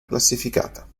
classificata